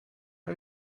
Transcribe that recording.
are